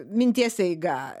minties eiga